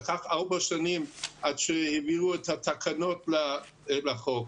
לקח ארבע שנים עד שהעבירו את התקנות לחוק,